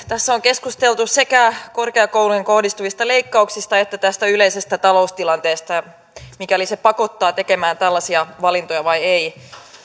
tässä on keskusteltu sekä korkeakouluihin kohdistuvista leikkauksista että tästä yleisestä taloustilanteesta pakottaako se tekemään tällaisia valintoja vai ei